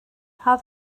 how